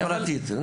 חברתית.